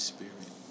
Spirit